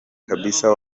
kabisa